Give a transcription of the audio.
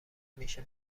میشه